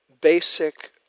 basic